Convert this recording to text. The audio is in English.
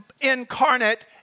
incarnate